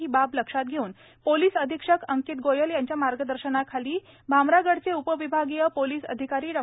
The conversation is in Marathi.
ही बाब लक्षात घेऊन पोलिस अधीक्षक अंकित गोयल यांच्या मार्गदर्शनाखाली भामरागडचे उपविभागीय पोलिस अधिकारी डॉ